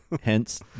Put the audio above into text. Hence